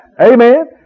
Amen